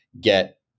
get